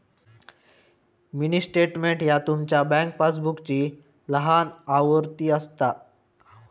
mini statement ह्या तुमचा bank पासबुकची लहान आवृत्ती असता